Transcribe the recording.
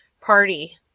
party